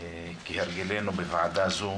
כהרגלנו בוועדה זו,